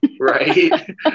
right